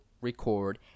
record